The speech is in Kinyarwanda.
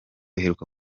iheruka